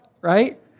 right